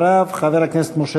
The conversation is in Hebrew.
חבר הכנסת מוחמד ברכה,